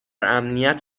امنیت